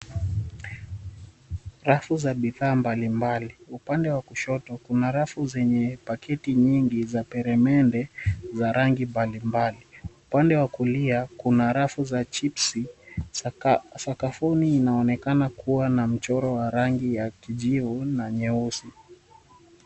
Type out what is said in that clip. Rafu za bidhaa mbali mbali, upande wa kushoto kuna rafu zenye paketi nyingi za peremende za rangi mbali mbali, upande wa kulia kuna rafu za chipsi. Sakafuni inaonekana kuna na mchoro wa rangi ya kijivu na nyeusi .